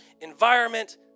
environment